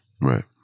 Right